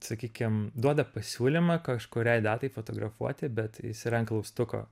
sakykim duoda pasiūlymą kažkuriai datai fotografuoti bet jis yra an klaustuko